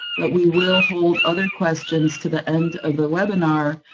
but we will hold other questions to the end of the webinar,